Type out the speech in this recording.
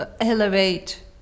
elevate